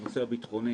הנושא הביטחוני